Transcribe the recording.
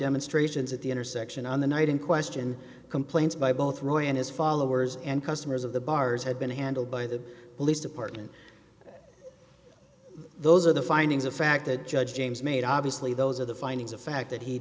demonstrations at the intersection on the night in question complaints by both roy and his followers and customers of the bars had been handled by the police department those are the findings of fact that judge james made obviously those are the findings of fact that he